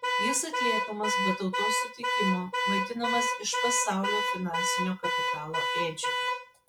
jis atliekamas be tautos sutikimo maitinamas iš pasaulio finansinio kapitalo ėdžių